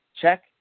check